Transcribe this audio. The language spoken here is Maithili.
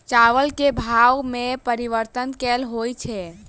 चावल केँ भाव मे परिवर्तन केल होइ छै?